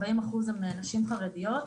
40% הן נשים חרדיות,